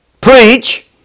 preach